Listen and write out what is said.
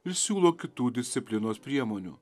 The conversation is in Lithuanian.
ir siūlo kitų disciplinos priemonių